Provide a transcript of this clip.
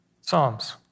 Psalms